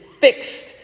fixed